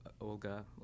Olga